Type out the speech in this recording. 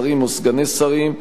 שרים או סגני שרים,